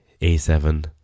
A7